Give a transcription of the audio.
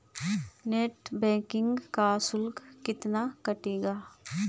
Net banking का शुल्क कितना कटेगा?